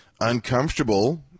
uncomfortable